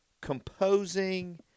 composing